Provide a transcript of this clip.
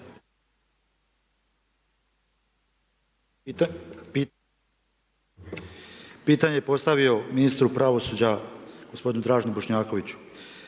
Pitanje bi postavio ministru pravosuđa, gospodinu Draženu Bošnjakvoiću.